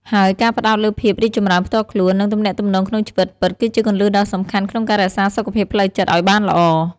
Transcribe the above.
ហើយការផ្តោតលើភាពរីកចម្រើនផ្ទាល់ខ្លួន និងទំនាក់ទំនងក្នុងជីវិតពិត គឺជាគន្លឹះដ៏សំខាន់ក្នុងការរក្សាសុខភាពផ្លូវចិត្តឱ្យបានល្អ។